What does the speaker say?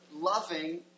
loving